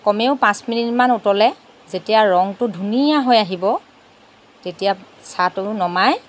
কমেও পাঁচ মিনিটমান উতলে যেতিয়া ৰঙটো ধুনীয়া হৈ আহিব তেতিয়া চাহটো নমাই